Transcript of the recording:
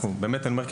אני באמת אומר,